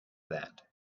that